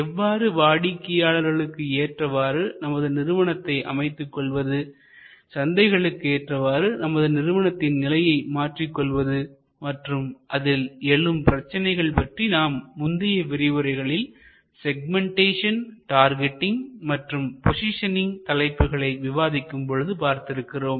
எவ்வாறு வாடிக்கையாளர்களுக்கு ஏற்றவாறு நமது நிறுவனத்தை அமைத்துக்கொள்வதுசந்தைகளுக்கு ஏற்றவாறு நமது நிறுவனத்தின் நிலையை மாற்றிக் கொள்வது மற்றும் அதில் எழும் பிரச்சனைகளை பற்றி நாம் முந்தைய விரிவுரைகளில் செக்மெண்டேஷன்டார்கெட்டிங் மற்றும் பொசிஷனிங் தலைப்புகளை விவாதிக்கும்போது பார்த்திருக்கிறோம்